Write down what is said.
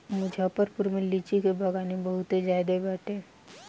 मुजफ्फरपुर में लीची के बगानी बहुते ज्यादे बाटे